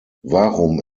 warum